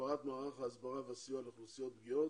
הגברת מערך ההסברה והסיוע לאוכלוסיות פגיעות,